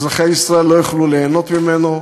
אזרחי ישראל לא יוכלו ליהנות ממנו,